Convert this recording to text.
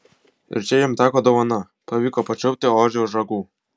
ir čia jam teko dovana pavyko pačiupti ožį už ragų